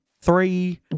three